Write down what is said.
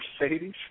Mercedes